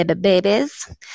babies